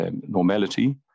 Normality